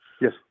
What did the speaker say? Yes